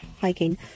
hiking